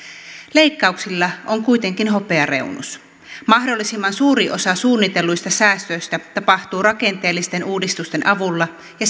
leikkauksilla on kuitenkin hopeareunus mahdollisimman suuri osa suunnitelluista säästöistä tapahtuu rakenteellisten uudistusten avulla ja